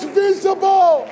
visible